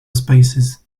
spaces